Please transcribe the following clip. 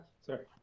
Sorry